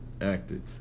acted